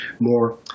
more